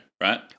right